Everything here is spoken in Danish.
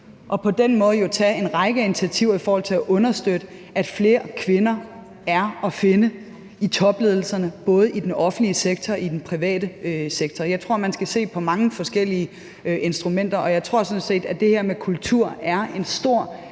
og på den måde tage en række initiativer i forhold til at understøtte, at flere kvinder er at finde i topledelserne både i den offentlige sektor og i den private sektor. Jeg tror, at man skal se på mange forskellige instrumenter, og jeg tror sådan set, at det her med kultur er en stor